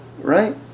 right